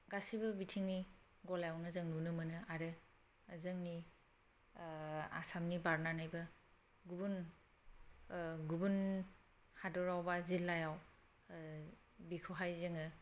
गासैबो बिथिंनि गलायावनो जों नुनो मोनो आरो जोंनि आसामनि बारनानैबो गुबुन गुबुन हादराव एबा जिल्लायाव बिखौहाय जोङो